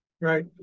Right